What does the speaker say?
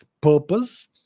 purpose